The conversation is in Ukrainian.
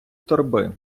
торби